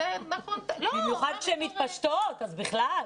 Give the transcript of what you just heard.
במיוחד כשהן מתפשטות, אז בכלל.